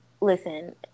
listen